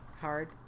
hard